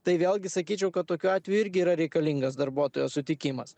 tai vėlgi sakyčiau kad tokių atvejų irgi yra reikalingas darbuotojo sutikimas